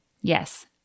Yes